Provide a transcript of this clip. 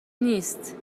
نیست